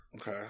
Okay